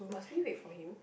must we wait for him